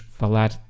falar